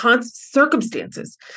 circumstances